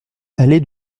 allée